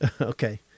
Okay